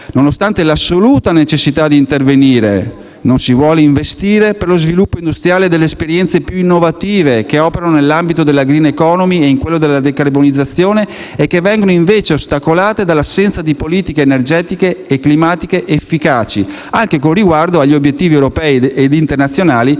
Nonostante l'assoluta necessità di intervenire, non si vuole investire per lo sviluppo industriale delle esperienze più innovative che operano nell'ambito della *green economy* e in quello della decarbonizzazione e che vengono invece ostacolate dall'assenza di politiche energetiche e climatiche efficaci, anche con riguardo agli obiettivi europei e internazionali